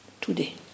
today